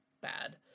bad